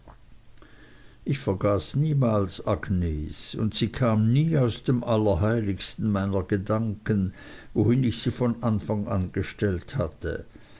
ich vergaß niemals agnes und sie kam nie aus dem allerheiligsten meiner gedanken wohin ich sie von anfang an gestellt hatte